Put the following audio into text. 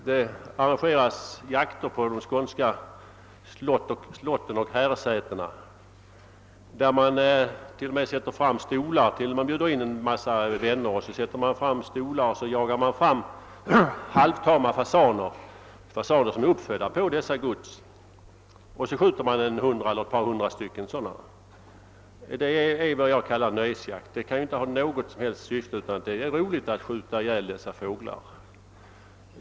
Det arrangeras ibland jakter på skånska slott och herresäten, dit man bjuder in en massa vänner och sätter fram stolar, varpå man jagar fram halvtama fasaner som är uppfödda på dessa gods. Sedan skjuter man dessa hundra eller ett par hundra sådana. Det är vad jag kallar nöjesjakt. Det kan inte ha något som helst annat syfte än att man tycker att det är roligt att skjuta ihjäl dessa fåglar.